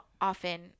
often